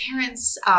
parents